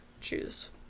choose